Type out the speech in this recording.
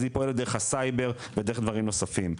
אז היא פועלת דרך הסייבר ודרך דברים נוספים.